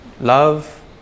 Love